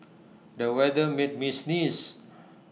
the weather made me sneeze